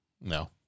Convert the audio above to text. No